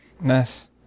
Nice